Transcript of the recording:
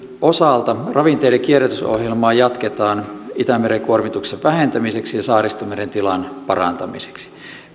osalta ravinteiden kierrätysohjelmaa jatketaan itämeren kuormituksen vähentämiseksi ja saaristomeren tilan parantamiseksi